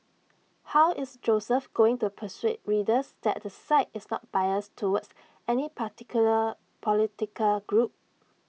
how is Joseph going to persuade readers that the site is not biased towards any particular political group